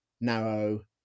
narrow